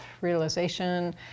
realization